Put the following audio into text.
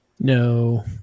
No